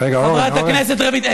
חברת הכנסת רויטל,